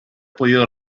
podido